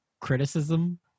criticism